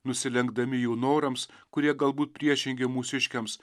nusilenkdami jų norams kurie galbūt priešingi mūsiškiams